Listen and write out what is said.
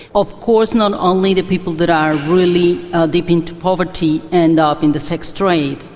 of course not only the people that are really deep into poverty end up in the sex trade,